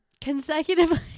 consecutively